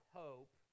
hope